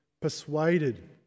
persuaded